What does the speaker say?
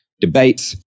debates